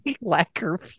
lacquer